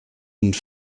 une